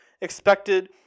expected